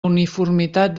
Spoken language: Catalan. uniformitat